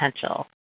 potential